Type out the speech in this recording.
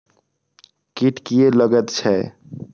कीट किये लगैत छै?